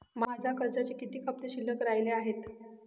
माझ्या कर्जाचे किती हफ्ते शिल्लक राहिले आहेत?